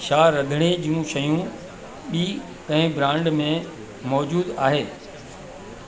छा रंधिणे जूं शयूं ॿी कंहिं ब्रांड में मौजूदु आहे